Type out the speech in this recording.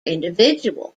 individual